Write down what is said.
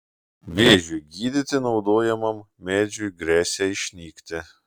vėžiui gydyti naudojamam medžiui gresia išnykti